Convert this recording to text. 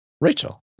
Rachel